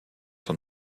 son